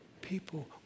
people